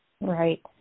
Right